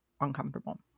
uncomfortable